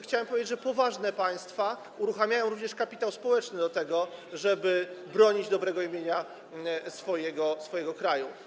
Chciałem powiedzieć, że poważne państwa uruchamiają również kapitał społeczny do tego, żeby bronić dobrego imienia swojego kraju.